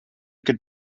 could